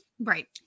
Right